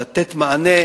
לתת מענה,